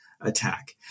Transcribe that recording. attack